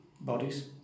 bodies